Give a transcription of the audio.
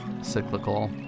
cyclical